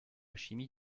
chimie